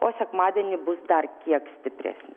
o sekmadienį bus dar kiek stipresni